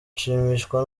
nshimishwa